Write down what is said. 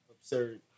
absurd